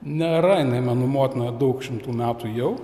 nėra jinai mano motina daug šimtų metų jau